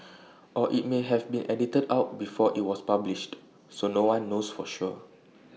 or IT may have been edited out before IT was published so no one knows for sure